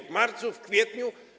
W marcu, w kwietniu?